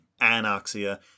Anoxia